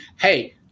hey